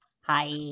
Hi